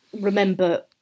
remember